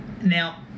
Now